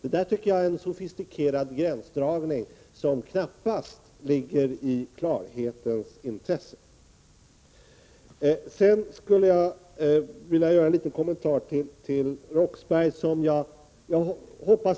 Detta är en sofistikerad gränsdragning som knappast ligger i klarhetens intresse. Jag vill göra en kommentar till Claes Roxbergh.